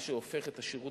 מה שהופך את השירות